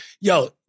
Yo